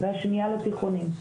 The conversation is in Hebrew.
והשנייה לתיכונים.